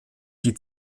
die